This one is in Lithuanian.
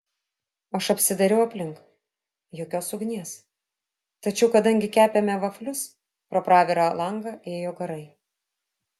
aš apsidairiau aplink jokios ugnies tačiau kadangi kepėme vaflius pro pravirą langą ėjo garai